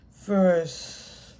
first